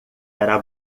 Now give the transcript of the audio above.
era